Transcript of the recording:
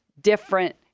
different